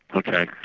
ok.